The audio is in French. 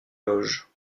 loges